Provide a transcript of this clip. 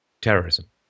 terrorism